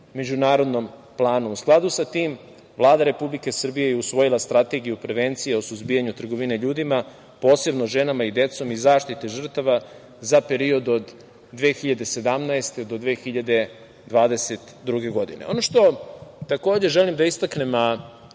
međunarodnom planu. U skladu sa tim, Vlada Republike Srbije je usvojila Strategiju prevencije o suzbijanju trgovine ljudima, posebno ženama i decom, i zaštite žrtava za period od 2017. do 2022. godine. Ono što takođe želim da istaknem,